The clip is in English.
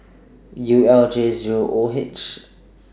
U L J Zero O H